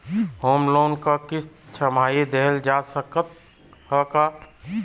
Home loan क किस्त छमाही देहल जा सकत ह का?